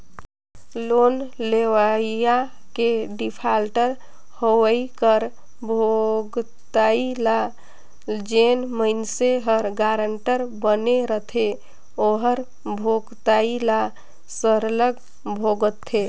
loan लेवइया के defaulter होवई कर भुगतई ल जेन मइनसे हर गारंटर बने रहथे ओहर भुगतई ल सरलग भुगतथे